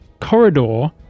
corridor